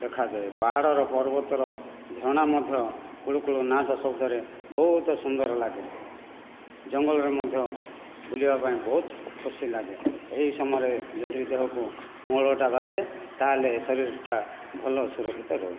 ଦେଖାଯାଏ ପାହାଡ଼ର ପର୍ବତ ର ଝରଣା ମଧ୍ୟ କୁଳୁ କୁଳୁ ନାଦ ଶଦ୍ଦରେ ବହୁତ ସୁନ୍ଦର ଲାଗେ ଜଙ୍ଗଲରେ ମଧ୍ୟ ବୁଲିବାପାଇଁ ବହୁତ ଖୁସିଲାଗେ ଏହି ସମୟରେ ଯଦି ଦେହକୁ ମଳୟ ଟା ବାଜେ ତାହେଲେ ଏ ଶରୀରଟା ଭଲ ସୁରକ୍ଷିତ ରହେ